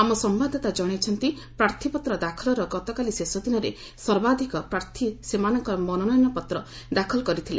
ଆମ ସମ୍ବାଦଦାତା ଜଣାଇଛନ୍ତି ପ୍ରାର୍ଥୀପତ୍ର ଦାଖଲର ଗତକାଲି ଶେଷ ଦିନରେ ସର୍ବାଧିକ ପ୍ରାର୍ଥୀ ସେମାନଙ୍କର ମନୋନୟନ ପତ୍ର ଦାଖଲ କରିଥିଲେ